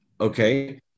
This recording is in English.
Okay